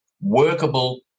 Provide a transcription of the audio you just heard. workable